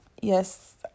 yes